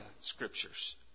scriptures